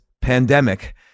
pandemic